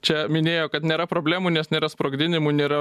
čia minėjo kad nėra problemų nes nėra sprogdinimų nėra